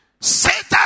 Satan